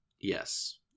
Yes